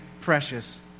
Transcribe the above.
precious